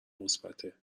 مثبته